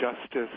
justice